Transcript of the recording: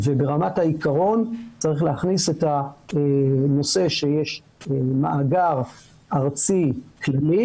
וברמת העיקרון צריך להכניס את הנושא שיש מאגר ארצי כללי